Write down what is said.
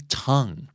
tongue